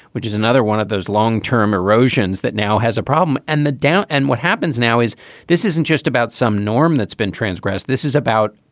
which is another one of those long term erosions that now has a problem. and the doubt and what happens now is this isn't just about some norm that's been transgressed. this is about,